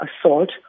assault